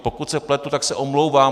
Pokud se pletu, tak se omlouvám.